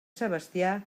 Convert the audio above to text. sebastià